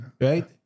right